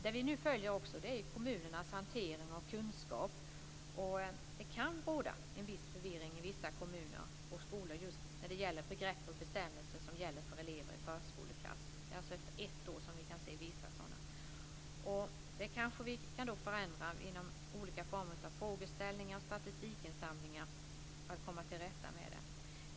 Det vi nu också följer är kommunernas hantering och kunskap. Det kan råda en viss förvirring i vissa kommuner och skolor just i fråga begrepp och bestämmelser som gäller elever i förskoleklass. Det är alltså efter ett år som vi kan se vissa exempel på detta. Det kanske vi kan förändra genom olika former av frågeställningar och statistikinsamlingar för att komma till rätta med det.